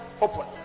open